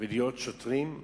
ולהיות שוטרים,